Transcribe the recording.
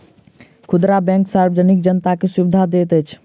खुदरा बैंक सार्वजनिक जनता के सुविधा दैत अछि